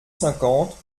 cinquante